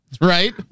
right